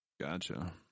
Gotcha